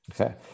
Okay